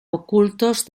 ocultos